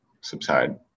subside